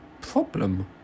problem